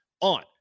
on